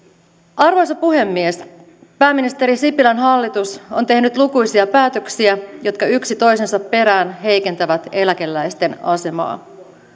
arvoisa puhemies pääministeri sipilän hallitus on tehnyt lukuisia päätöksiä jotka yksi toisensa perään heikentävät eläkeläisten asemaa